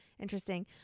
Interesting